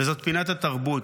וזאת פינת התרבות.